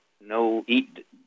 no-eat